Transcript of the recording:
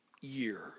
year